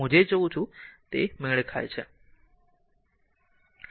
હું જે જોઉં છું તે મેળ ખાય છે